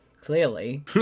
clearly